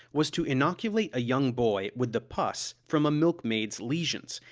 was to inoculate a young boy with the pus from a milkmaid's lesions,